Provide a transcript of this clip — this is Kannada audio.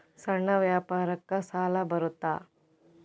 ಸಣ್ಣ ವ್ಯಾಪಾರಕ್ಕ ಸಾಲ ಬರುತ್ತಾ?